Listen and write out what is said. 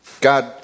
God